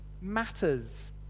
matters